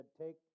Take